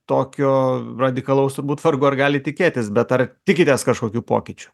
tokio radikalaus turbūt vargu ar gali tikėtis bet ar tikitės kažkokių pokyčių